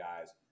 guys